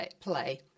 play